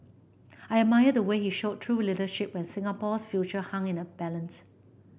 I admire the way he showed true leadership when Singapore's future hung in the balance